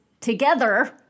together